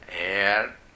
air